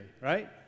right